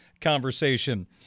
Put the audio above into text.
conversation